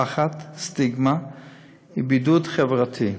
פחד, סטיגמה ובידוד חברתי.